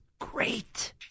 great